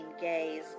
gaze